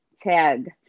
Tag